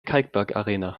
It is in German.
kalkbergarena